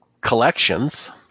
collections